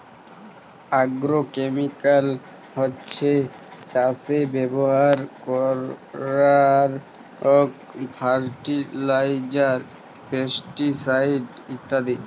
agrochemical হছ্যে চাসে ব্যবহার করারক ফার্টিলাইজার, পেস্টিসাইড ইত্যাদি